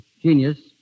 genius